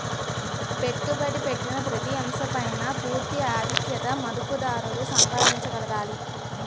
పెట్టుబడి పెట్టిన ప్రతి అంశం పైన పూర్తి ఆధిక్యత మదుపుదారుడు సంపాదించగలగాలి